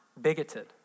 bigoted